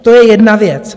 To je jedna věc.